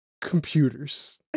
computers